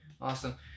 Awesome